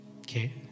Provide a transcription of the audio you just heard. Okay